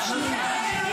להציג.